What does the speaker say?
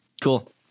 Cool